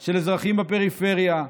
של אזרחים בפריפריה,